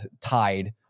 tied